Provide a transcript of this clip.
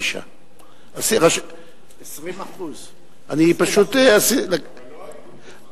25. 20%. אבל הם לא היו פה.